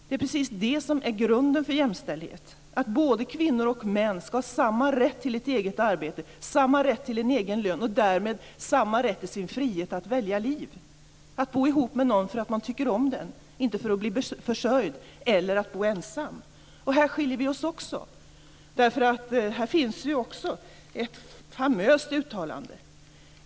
Det är precis det som är grunden för jämställdhet, att både kvinnor och män skall ha samma rätt till ett eget arbete, samma rätt till en egen lön och därmed samma rätt till sin frihet att välja liv, att bo ihop med någon för att man tycker om den personen, inte för att bli försörjd, eller att bo ensam. Här skiljer vi oss också. Här finns också ett famöst uttalande.